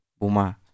buma